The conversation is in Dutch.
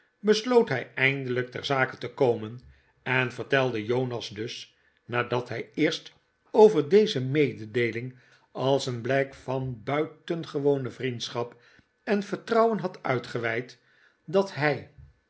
besloot hij eindelijk ter zake te komen en vertelde jonas dus nadat hij eerst over deze mededeeling als een blijk van buitengewone vriendschap en vertrouwen had uitgeweid dat hij